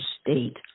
state